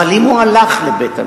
אבל אם הוא הלך לבית-המשפט